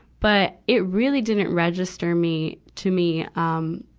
but, it really didn't register me, to me, um,